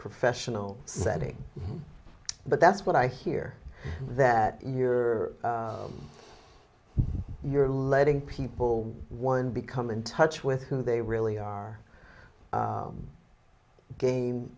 professional setting but that's what i hear that you're you're letting people one become in touch with who they really are gain